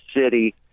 city